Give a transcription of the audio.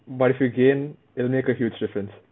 but if you gain it'll make a huge difference